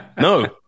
No